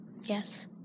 Yes